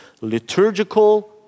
liturgical